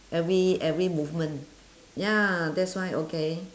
every every movement ya that's why okay